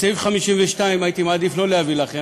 את סעיף 52 הייתי מעדיף שלא להביא לכם,